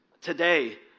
today